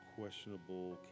questionable